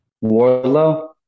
Warlow